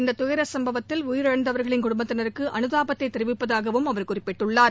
இந்த துயர சும்பவத்தில் உயிரிழந்தவர்களின் குடும்பத்தினருக்கு அனுதாபத்தை தெிவிப்பதாகவும் அவர் குறிப்பிட்டுள்ளார்